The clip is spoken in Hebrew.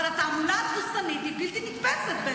אבל התעמולה התבוסתנית היא בלתי נתפסת.